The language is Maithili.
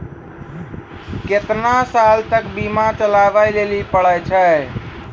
केतना साल तक बीमा चलाबै लेली पड़ै छै?